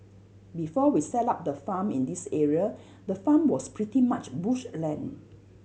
before we set up the farm in this area the farm was pretty much bush land